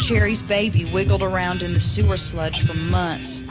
sherry's baby wiggled around in the sewer sludge for months,